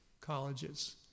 colleges